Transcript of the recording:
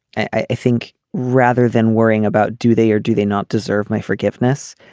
i think rather than worrying about do they or do they not deserve my forgiveness.